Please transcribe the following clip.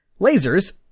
Lasers